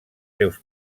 seus